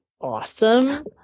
awesome